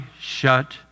shut